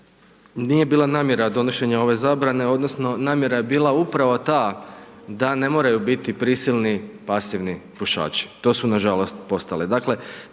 nije bila namjera donošenja ove zabrane, odnosno, namjera je bila upravo ta, da ne moraju biti prisilni, pasivni pušaći, to su nažalost postali.